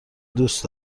دوست